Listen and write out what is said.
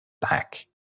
back